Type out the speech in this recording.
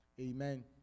Amen